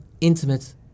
intimate